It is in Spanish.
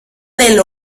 del